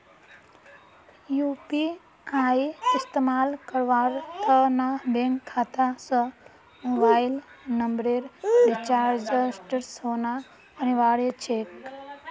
UPI इस्तमाल करवार त न बैंक खाता स मोबाइल नंबरेर रजिस्टर्ड होना अनिवार्य छेक